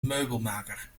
meubelmaker